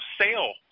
sale